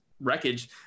Wreckage